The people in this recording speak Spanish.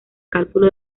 cálculo